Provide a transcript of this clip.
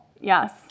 yes